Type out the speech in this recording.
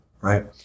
right